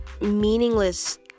meaningless